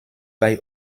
bei